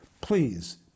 please